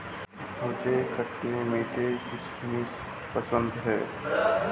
मुझे खट्टे मीठे किशमिश पसंद हैं